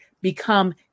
become